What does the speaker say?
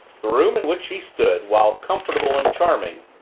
the room in which she stood, while comfortable and charming,